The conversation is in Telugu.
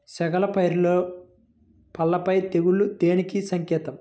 చేగల పైరులో పల్లాపై తెగులు దేనికి సంకేతం?